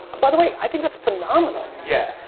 by the way, i think that's phenomenal. yeah.